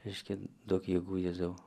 reiškia duok jėgų jėzau